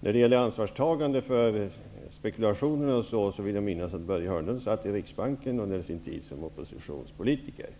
När det gäller ansvarstagandet för spekulationerna vill jag minnas att Börje Hörnlund satt i styrelsen för Riksbanken under sin tid som oppositionspolitiker.